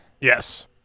Yes